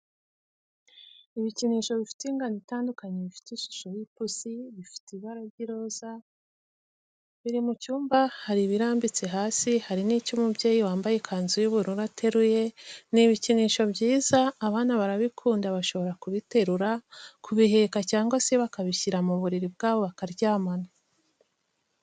Ibikinisho bifite ingano itandukanye bifite ishusho y'ipusi, bifite ibara ry'iroza, biri mu cyumba hari ibirambitse hasi hari n'icyo umubyeyi wambaye ikanzu y'ubururu ateruye, ni ibikinisho byiza, abana barabikunda bashobora kubiterura, kubiheka cyangwa se bakabishyira mu buriri bwabo bakaryamana.